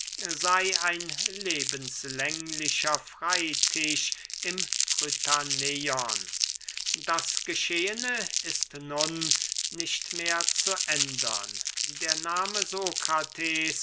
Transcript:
sey ein lebenslänglicher freytisch im prytaneion das geschehene ist nun nicht mehr zu ändern der nahme